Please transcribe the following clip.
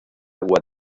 agua